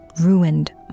ruined